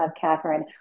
Catherine